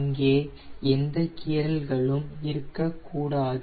அங்கே எந்த கீறல்களும் இருக்க கூடாது